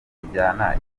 kukujyana